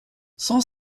cent